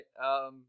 right